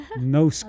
No